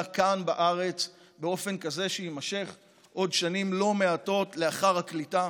כאן בארץ באופן כזה שיימשך עוד שנים לא מעטות לאחר הקליטה,